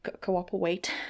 Cooperate